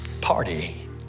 Party